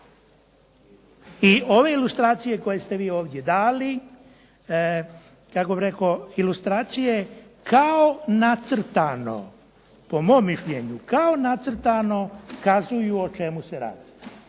i ove ilustracije koje ste vi ovdje dali, kako bih rekao, ilustracije kao nacrtano, po mom mišljenju kao nacrtano kazuju o čemu se radi